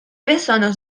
bezonos